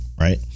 right